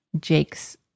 Jake's